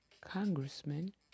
congressman